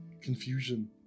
confusion